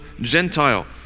Gentile